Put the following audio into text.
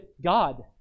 God